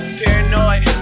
paranoid